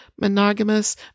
monogamous